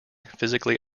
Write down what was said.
physically